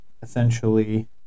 essentially